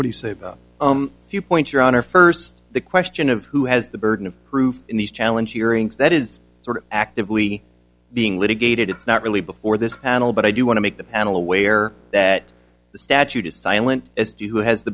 what would you say about a few points your honor first the question of who has the burden of proof in these challenge that is sort of actively being litigated it's not really before this panel but i do want to make the panel aware that the statute is silent as to who has the